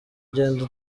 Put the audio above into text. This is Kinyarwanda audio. ugenda